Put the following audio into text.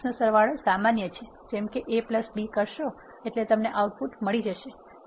મેટ્રિક્સનો સરવાળો સામાન્ય છે જેમ કે A B કરશો એટલે તમને આઉટપુટ મળી જશે